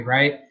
Right